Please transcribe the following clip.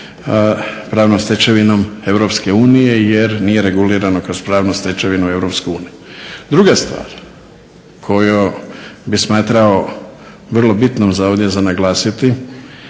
pravnom stečevinom EU jer nije regulirano kroz pravnu stečevinu EU. Druga stvar koju bih smatrao vrlo bitnom za ovdje za naglasiti,